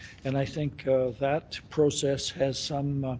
and i think that process has summed